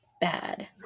bad